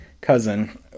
cousin